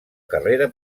carrera